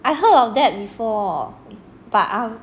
I heard of that before but I'm